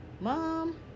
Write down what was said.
Mom